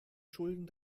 schulden